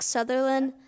Sutherland